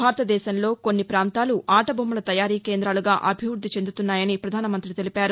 భారతదేశంలో కొన్ని పాంతాలు ఆటబొమ్మల తయారీ కేంద్రాలుగా అభివృద్ది చెందుతున్నాయని ప్రధానమంతి తెలిపారు